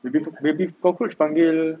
dia nya tu baby cockroach panggil